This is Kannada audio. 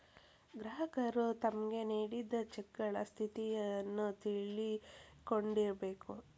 ಗ್ರಾಹಕರು ತಮ್ಗ್ ನೇಡಿದ್ ಚೆಕಗಳ ಸ್ಥಿತಿಯನ್ನು ತಿಳಕೊಂಡಿರ್ಬೇಕು